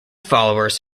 followers